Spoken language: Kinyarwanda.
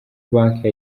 banki